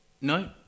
No